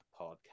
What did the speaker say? podcast